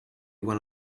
when